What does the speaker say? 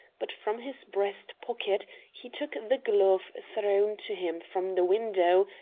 but from his breast-pocket he took the glove thrown to him from the window,